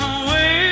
away